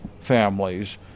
families